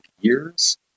years